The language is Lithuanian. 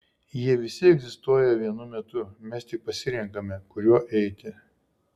jie visi egzistuoja vienu metu mes tik pasirenkame kuriuo eiti